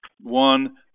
one